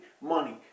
money